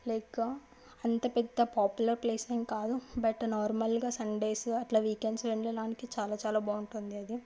like అంత పెద్ద popular place ఏమి కాదు బట్ నార్మల్గా సండేస్ అట్ల వీకెండ్స్ వెళ్ళడానికి చాలా చాలా బాగుంటుంది అది